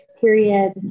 period